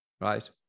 right